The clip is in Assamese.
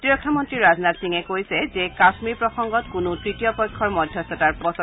প্ৰতিৰক্ষা মন্ত্ৰী ৰাজনাথ সিঙে কৈছে যে কাশ্মীৰ প্ৰসংগত কোনো তৃতীয় পক্ষৰ মধ্যস্থতাৰ প্ৰশ্ন নুঠে